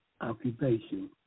occupation